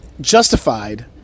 justified